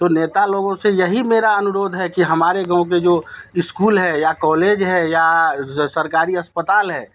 तो नेता लोगों से यही मेरा अनुरोध है कि हमारे गाँव के जो इस्कूल है या कॉलेज है या सरकारी अस्पताल है